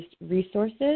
resources